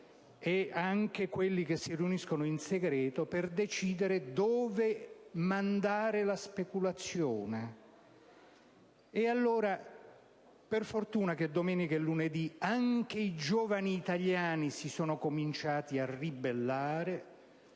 e anche coloro che si riuniscono in segreto per decidere dove mandare la speculazione. E allora, per fortuna domenica e lunedì anche i giovani italiani si sono cominciati a ribellare